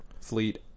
Fleet